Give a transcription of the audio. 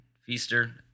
Feaster